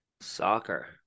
soccer